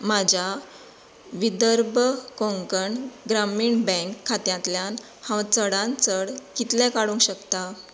म्हाज्या विदर्भ कोंकण ग्रामीण बँक खात्यांतल्यान हांव चडांत चड कितले काडूंक शकता